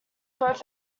both